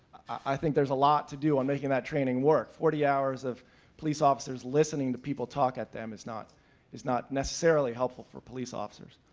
i think there's a lot to do on making that training work. forty hours of police officers listening to people talk at them is not is not necessarily helpful for police officers.